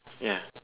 ya